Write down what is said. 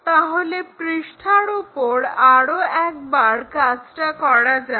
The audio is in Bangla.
তাহলে পৃষ্ঠার ওপর আরো একবার কাজটা করা যাক